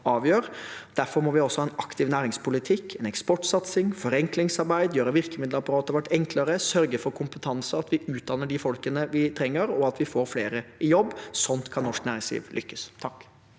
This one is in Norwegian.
derfor må vi også ha en aktiv næringspolitikk, eksportsatsing og forenklingsarbeid, og vi må gjøre virkemiddelapparatet vårt enklere og sørge for kompetanse og at vi utdanner de folkene vi trenger, og at vi får flere i jobb. Slik kan norsk næringsliv lykkes.